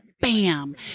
bam